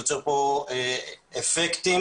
אפקטים